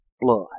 blood